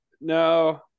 No